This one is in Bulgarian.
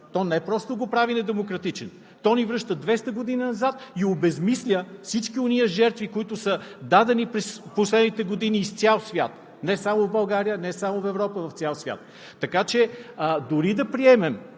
То не просто го прави недемократичен, то ни връща 200 години назад и обезсмисля всички онези жертви, които са дадени през последните години в цял свят – не само в България, не само в Европа, а в цял свят. Дори и да приемем,